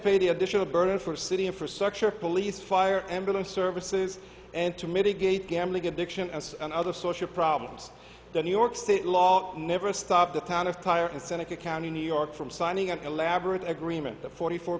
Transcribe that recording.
pay the additional burden for city infrastructure police fire ambulance services and to mitigate gambling addiction and other social problems that new york state law never stopped the town of tire in seneca county new york from signing an elaborate agreement the fo